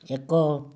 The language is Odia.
ଏକ